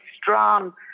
strong